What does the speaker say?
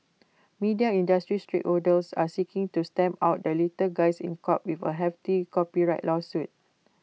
media industry stakeholders are seeking to stamp out the little guys in court with A hefty copyright lawsuit